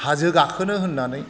हाजो गाखोनो होननानै